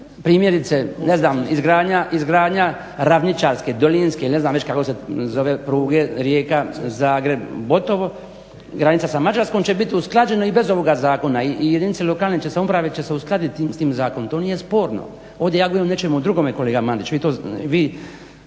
Primjerice, ne znam izgradnja Ravničarske, Dolinske ili ne znam već kako se zove, pruge, Rijeka-zagreb-Botovo, granica sa Mađarskom će biti usklađeno i bez ovoga zakona i jedinice lokalne samouprave će se uskladiti s tim zakonom. To nije sporno, ovdje ja govorim o nečemu drugome, kolega Mandić.